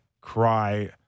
cry